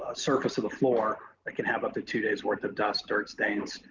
ah surface of the floor, it can have up to two days worth of dust, dirt stains,